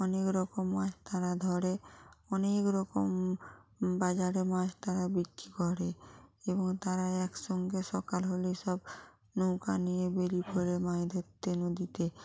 অনেক রকম মাছ তারা ধরে অনেক রকম বাজারে মাছ তারা বিক্রি করে এবং তারা এক সঙ্গে সকাল হলেই সব নৌকা নিয়ে বেরিয়ে পড়ে মাছ ধরতে নদীতে